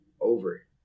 over